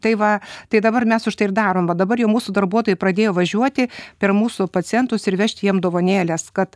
tai va tai dabar mes už tai ir darom va dabar jau mūsų darbuotojai pradėjo važiuoti per mūsų pacientus ir vežti jiem dovanėlės kad